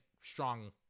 strong